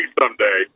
someday